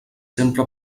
sempre